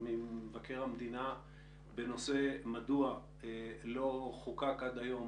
ממבקר המדינה בנושא: מדוע לא חוקק עד היום,